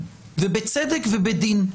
ובצדק ובדין.